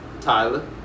Tyler